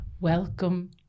Welcome